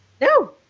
No